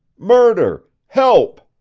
murder! help!